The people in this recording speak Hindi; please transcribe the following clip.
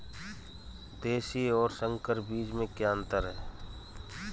देशी और संकर बीज में क्या अंतर है?